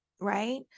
right